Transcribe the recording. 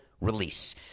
release